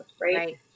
Right